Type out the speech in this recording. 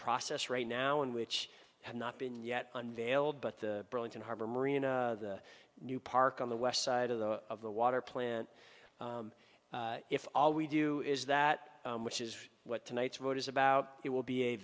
process right now and which have not been yet unveiled but the burlington harbor marina new park on the west side of the of the water plant if all we do is that which is what tonight's vote is about it will be a